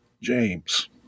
James